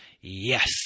Yes